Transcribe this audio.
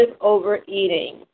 overeating